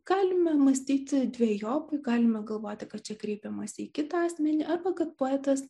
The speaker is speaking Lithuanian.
galime mąstyti dvejopai galima galvoti kad čia kreipiamasi į kitą asmenį arba kad poetas